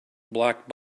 black